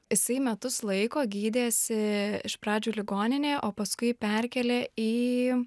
jisai metus laiko gydėsi iš pradžių ligoninėje o paskui jį perkėlė į